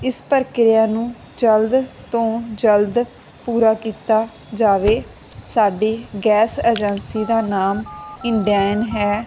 ਇਸ ਪ੍ਰਕਿਰਿਆ ਨੂੰ ਜਲਦ ਤੋਂ ਜਲਦ ਪੂਰਾ ਕੀਤਾ ਜਾਵੇ ਸਾਡੇ ਗੈਸ ਏਜੰਸੀ ਦਾ ਨਾਮ ਇੰਨਡੈਨ ਹੈ